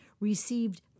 received